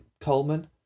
Coleman